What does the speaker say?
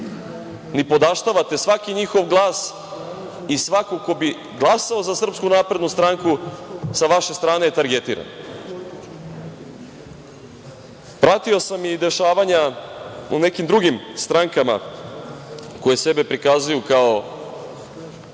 nipodaštavate svaki njihov glas? Svakog ko bi glasao za SNS, sa vaše strane je targetiran. Pratio sam i dešavanja u nekim drugim strankama koje sebe prikazuju kao